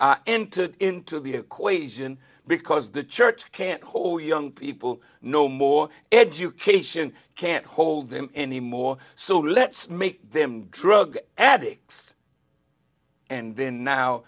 drugs entered into the equation because the church can't whole young people no more education can't hold them anymore so let's make them drug addicts and then now